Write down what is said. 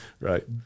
Right